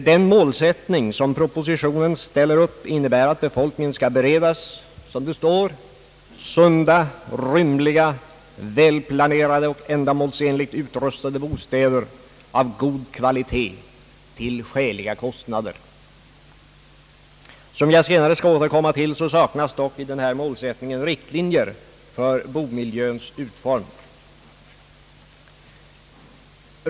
Den i propositionen uppställda målsättningen innebär att befolkningen skall beredas — som det står sunda, rymliga, välplanerade, ändamålsenligt utrustade bostäder av god kvalitet till skäliga kostnader. Som jag senare skall återkomma till, saknas dock i denna målsättning riktlinjer för bomiljöns utformning.